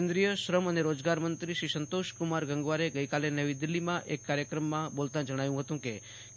કેન્દ્રીય શ્રમ અને રોજગાર મંત્રી સંતોષકુમાર ગંગવારે ગઈ કાલે દિલ્હીમાં એક કાર્યક્રમમાં બોલતા જજ્ઞાવ્યું હતું કે